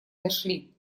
дошли